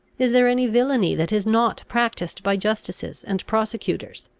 is there any villainy that is not practised by justices and prosecutors?